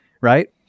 right